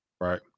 Right